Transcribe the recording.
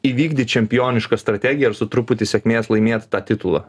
įvykdyt čempionišką strategiją ir su truputį sėkmės laimėt tą titulą